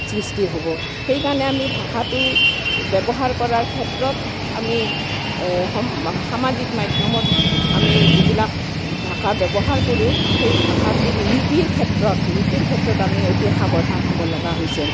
সৃষ্টি হ'ব সেইকাৰণে আমি ভাষাটো ব্যৱহাৰ কৰাৰ ক্ষেত্ৰত আমি সামাজিক মাধ্যমত আমি যিবিলাক ভাষা ব্যৱহাৰ কৰোঁ সেই ভাষাটো লিপিৰ ক্ষেত্ৰত লিপিৰ ক্ষেত্ৰত আমি অতি সাৱধান হ'ব লগা হৈছে